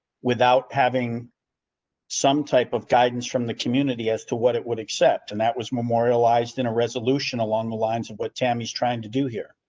without having some type of guidance from the community as to what it would accept and that was memorialized in a resolution along the lines of what tammy's trying to do here.